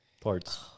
Parts